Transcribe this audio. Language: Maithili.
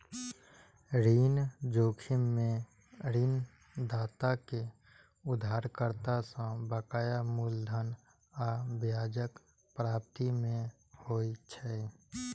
ऋण जोखिम मे ऋणदाता कें उधारकर्ता सं बकाया मूलधन आ ब्याजक प्राप्ति नै होइ छै